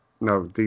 no